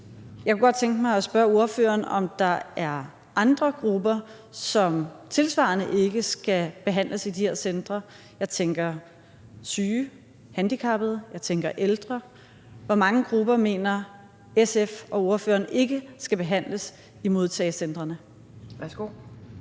Jeg kunne godt tænke mig at spørge ordføreren, om der er andre grupper, som tilsvarende ikke skal behandles i de her centre. Jeg tænker på syge, handicappede og ældre. Hvor mange grupper mener SF og ordføreren ikke skal behandles i modtagecentrene?